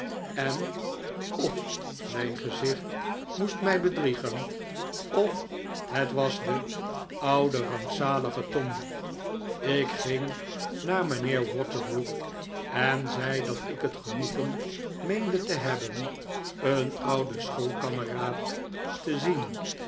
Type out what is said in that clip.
en of mijn gezicht moest mij betommy tr addles driegen of het was de oude rampzalige tommy ik ging naar mijnheer waterbrook en zei dat ik het genoegen meende te hebben een ouden schoolkameraad te zien